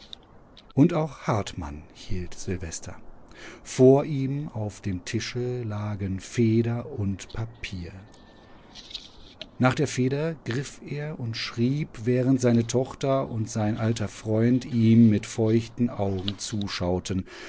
und auch hartmann hielt silvester vor ihm auf dem tische lagen feder und papier nach der feder griff er und schrieb während seine tochter und sein alter freund ihm mit feuchten augen zuschauten